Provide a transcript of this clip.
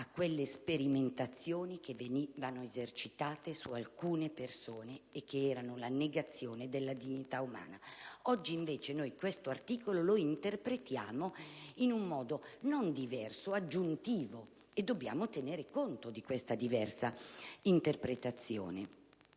a quelle sperimentazioni che venivano esercitate su alcune persone e che erano la negazione della dignità umana. Oggi, invece, interpretiamo questo articolo in un modo, non diverso, ma aggiuntivo e dobbiamo tenere conto della diversa interpretazione.